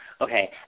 Okay